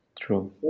True